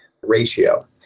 ratio